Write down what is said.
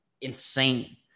insane